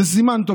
זה סימן טוב.